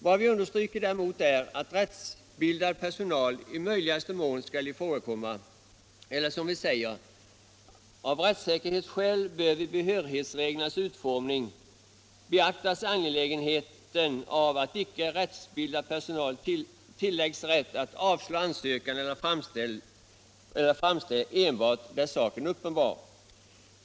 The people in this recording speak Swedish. Vad vi understryker är däremot att rättsbildad personal i möjligaste mån skall ifrågakomma eller som vi säger: ”Av rättssäkerhetsskäl bör vid behörighetsreglernas utformning beaktas angelägenheten av att icke rättsbildad personal tilläggs rätt att avslå ansökan eller framställning enbart där saken är uppenbar.